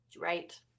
Right